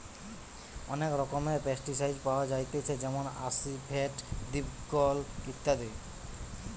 অনেক রকমের পেস্টিসাইড পাওয়া যায়তিছে যেমন আসিফেট, দিকফল ইত্যাদি